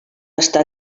estar